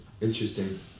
Interesting